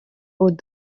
haut